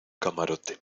camarote